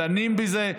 דנים בזה,